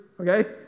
okay